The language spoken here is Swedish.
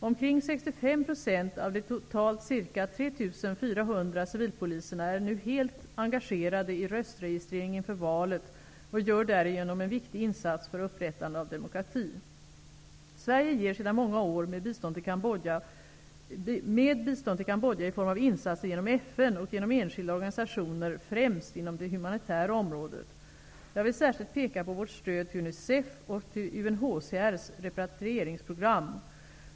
Omkring 65 % av de totalt ca 3 400 civilpoliserna är nu helt engagerade i röstregistreringen inför valet och gör därigenom en viktig insats för upprättande av demokrati. Sverige ger sedan många år bistånd till Kambodja i form av insatser genom FN och genom enskilda organisationer främst inom det humanitära området. Jag vill särskilt peka på vårt stöd till UNICEF och till UNHCR:s repatrieringsprogram.